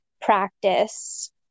practice